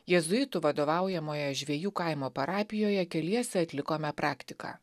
jėzuitų vadovaujamoje žvejų kaimo parapijoje keliese atlikome praktiką